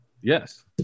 Yes